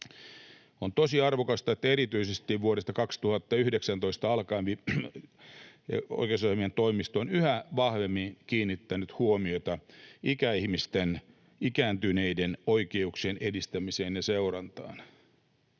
On tosi arvokasta, että erityisesti vuodesta 2019 alkaen oikeusasiamiehen toimisto on yhä vahvemmin kiinnittänyt huomiota ikäihmisten, ikääntyneiden oikeuksien edistämiseen ja seurantaan.